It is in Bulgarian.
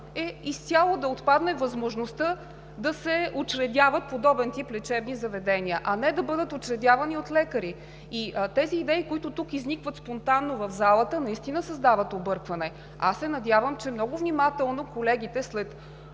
е изцяло да отпадне възможността да се учредяват подобен тип лечебни заведения, а не да бъдат учредявани от лекари. Тези идеи, които изникват тук спонтанно в залата, наистина създават объркване. Аз се надявам, че много внимателно колегите, след